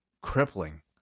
crippling